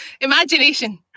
Imagination